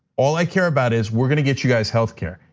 all i care about is, we're gonna get you guys health care.